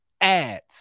ads